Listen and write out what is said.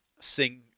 sing